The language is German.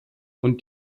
und